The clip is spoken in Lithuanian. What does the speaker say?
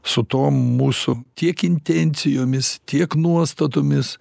su tom mūsų tiek intencijomis tiek nuostatomis